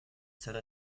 sell